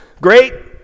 Great